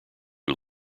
who